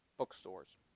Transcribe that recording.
bookstores